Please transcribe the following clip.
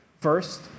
First